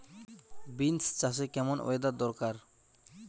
Beans চাষে কেমন weather দরকার?